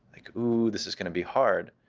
like, ooh, this is going to be hard.